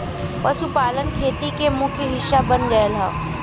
पशुपालन खेती के मुख्य हिस्सा बन गयल हौ